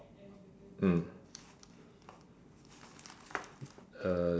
mm uh